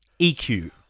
EQ